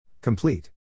Complete